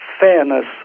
Fairness